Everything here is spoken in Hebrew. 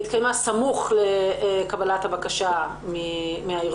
היא התקיימה סמוך לקבלת הבקשה מהארגונים.